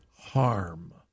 harm